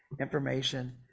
information